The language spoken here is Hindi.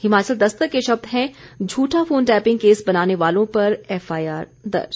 हिमाचल दस्तक के शब्द हैं झूठा फोन टैपिंग केस बनाने वालों पर एफआईदर्ज